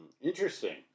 Interesting